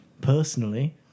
personally